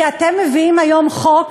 כי אתם מביאים היום חוק